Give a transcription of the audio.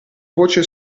voce